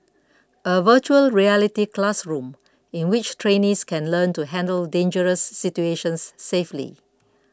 a Virtual Reality classroom in which trainees can learn to handle dangerous situations safely